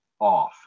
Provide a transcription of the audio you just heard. off